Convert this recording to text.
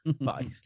Bye